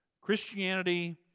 Christianity